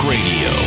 Radio